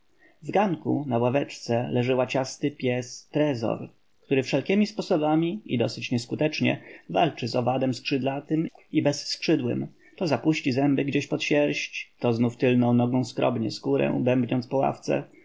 ganku na ławeczce leży łaciasty pies trezor który wszelkiemi sposobami i dosyć nieskutecznie walczy z owadem skrzydlatym i bezskrzydłym to zapuści zęby gdzieś pod sierść to znów tylną nogą skrobie skórę bębniąc po ławce